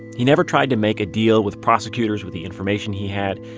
he never tried to make a deal with prosecutors with the information he had.